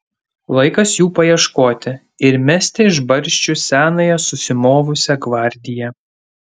laikas jų paieškoti ir mesti iš barščių senąją susimovusią gvardiją